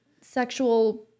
sexual